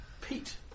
Pete